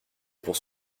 pour